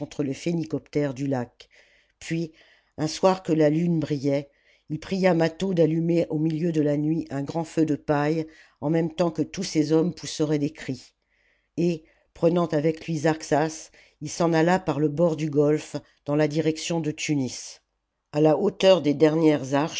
les phénicoptères du ac puis un soir que la lune brillait il pria mâtho d'allumer au milieu de la nuit un grand feu de paille en même temps que tous ses hommes pousseraient des cris et prenant avec lui zarxas il s'en alla par le bord du golfe dans la direction de tunis a la hauteur des dernières